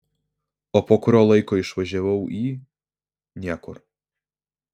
o po kurio laiko išvažiavau į niekur